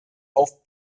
auf